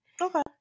Okay